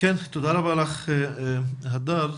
תודה רבה לך, הדר.